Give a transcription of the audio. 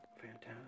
Fantastic